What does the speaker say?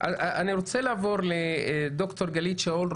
אני רוצה לעבור לד"ר גלית שאול,